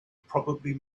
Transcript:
probably